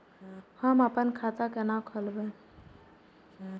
हम अपन खाता केना खोलैब?